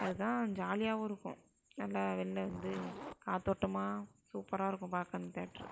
அதுதான் ஜாலியாகவும் இருக்கும் நல்லா வெளில வந்து காற்றோட்டமா சூப்பராக இருக்கும் பார்க்க அந்த தியேட்ரு